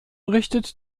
richtet